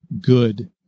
good